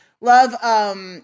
love